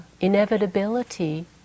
inevitability